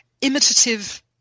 imitative